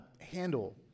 handle